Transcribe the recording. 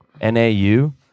N-A-U